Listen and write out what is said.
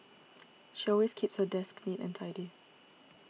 she always keeps her desk neat and tidy